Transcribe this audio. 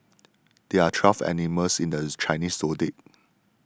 there are twelve animals in the Chinese zodiac